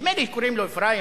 נדמה לי קוראים לו אפרים,